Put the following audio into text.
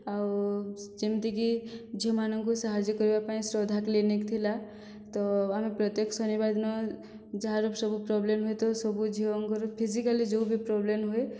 ଆଉ ଯେମିତିକି ଝିଅମାନଙ୍କୁ ସାହାଯ୍ୟ କରିବା ପାଇଁ ଶ୍ରଦ୍ଧା କ୍ଲିନିକ୍ ଥିଲା ତ ଆମେ ପ୍ରତ୍ୟେକ ଶନିବାର ଦିନ ଯାହାର ସବୁ ପ୍ରବ୍ଲେମ ହୋଇଥିବ ସବୁ ଝିଅଙ୍କର ଫିଜିକାଲି ଯେଉଁ ବି ପ୍ରବ୍ଲେମ ହୁଏ